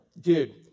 dude